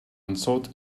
unsought